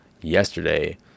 yesterday